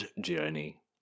Journey